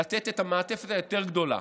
לתת את המעטפת היותר-גדולה.